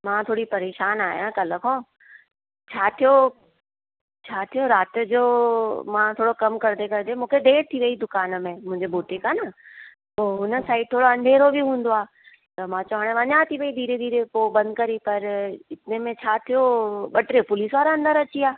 मां थोरी परेशानु आहियां कल्ह खां छा थियो छा थियो राति जो मां थोरो कमुं कंदे कंदे करे मूंखे देरि थी वई दुकान में मुंहिंजो बुटिक आहे न पोइ हुन साइड थोरो अंधेरो बि हूंदो आहे त मां त हाणे वञा थी पई धीरे धीरे पोइ बंदि करे पर इतने में छा थियो ॿ टे पुलिस वारा अंदरि अची विया